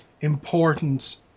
important